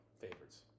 favorites